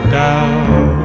down